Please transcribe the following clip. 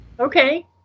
okay